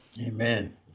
Amen